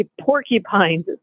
porcupines